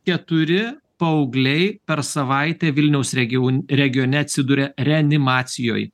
keturi paaugliai per savaitę vilniaus regio regione atsiduria reanimacijoj